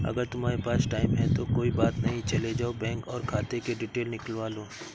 अगर तुम्हारे पास टाइम है तो कोई बात नहीं चले जाओ बैंक और खाते कि डिटेल निकलवा लो